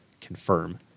confirm –